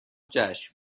جشن